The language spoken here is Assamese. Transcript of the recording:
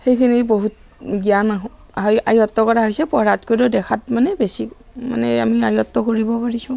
সেইখিনি বহুত জ্ঞান আহয় আয়ত্ব কৰা হৈছে পঢ়াতকৈও দেখাত মানে বেছি মানে আমি আয়ত্ব কৰিব পাৰিছোঁ